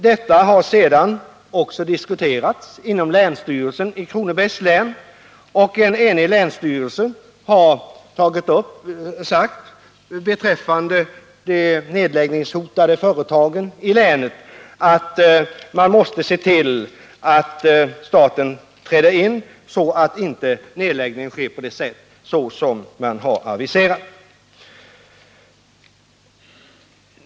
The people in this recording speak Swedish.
Detta har senare också diskuterats inom länsstyrelsen i Kronobergs län. En enig länsstyrelse har beträffande de nedläggningshotade företagen i länet sagt att man måste se till att staten träder in, så att en nedläggning inte kommer att ske på det sätt som aviserats.